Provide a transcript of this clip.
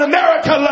America